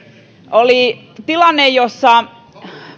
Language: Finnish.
oli tilanne jossa